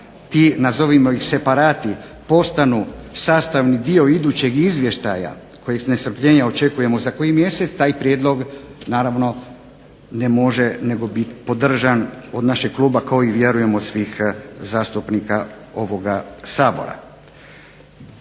ti nazovimo ih separati postanu sastavni dio idućeg izvještaja kojeg s nestrpljenjem očekujemo za koji mjesec, taj prijedlog naravno ne može nego bit podržan od našeg kluba, kao i vjerujem od svih zastupnika ovoga Sabora.